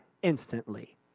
instantly